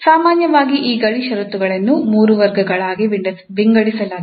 ಸಾಮಾನ್ಯವಾಗಿ ಈ ಗಡಿ ಷರತ್ತುಗಳನ್ನು ಮೂರು ವರ್ಗಗಳಾಗಿ ವಿಂಗಡಿಸಲಾಗಿದೆ